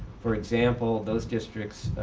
for example, those districts